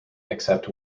except